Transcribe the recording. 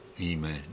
Amen